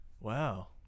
wow